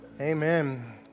Amen